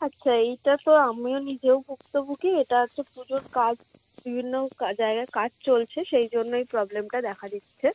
আচ্ছা এইটা তো আমিও নিজেও ভুক্তভুগি এটা হচ্ছে পুজোর কাজ বিভিন্ন কা জায়গায় কাজ চলছে সেই জন্য এই প্রবলেমটা দেখা দিচ্ছে